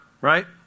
right